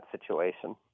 situation